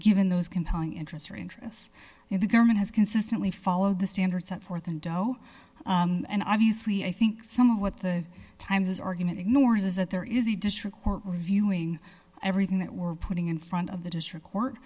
given those compelling interest or interests in the government has consistently followed the standard set forth and know and obviously i think somewhat the times this argument ignores is that there is a district court reviewing everything that we're putting in front of the district court